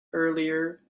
earlier